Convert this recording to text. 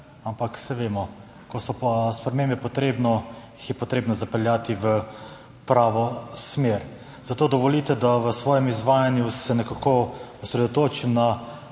Ampak saj vemo, ko so pa spremembe, jih je potrebno zapeljati v pravo smer. Zato dovolite, da se v svojem izvajanju osredotočim na